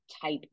type